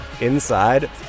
Inside